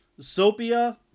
Sopia